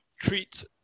treat